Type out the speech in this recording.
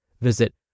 Visit